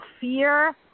fear